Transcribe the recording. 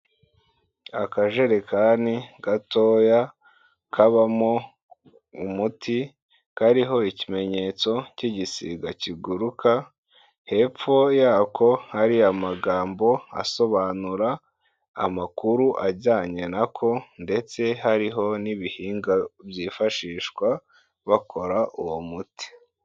Akajerekani gatoya kabamo umuti, kariho ikimenyetso cy'igisiga kiguruka, hepfo yako hari amagambo asobanura, amakuru ajyanye na ko ndetse hariho n'ibihingwa byifashishwa bakora uwo muti.